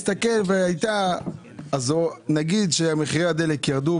מחירי הדלק ירדו,